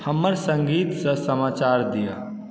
हमर संगीत सऽ समाचार दिअ